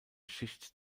schicht